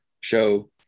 show